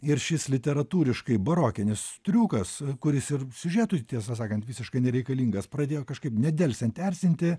ir šis literatūriškai barokinis triukas kuris ir siužetui tiesą sakant visiškai nereikalingas pradėjo kažkaip nedelsiant erzinti